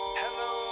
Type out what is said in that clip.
hello